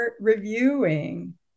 reviewing